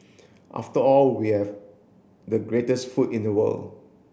after all we have the greatest food in the world